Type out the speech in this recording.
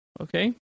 okay